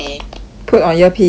put on earpiece please